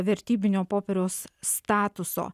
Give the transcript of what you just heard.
vertybinio popieriaus statuso